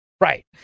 Right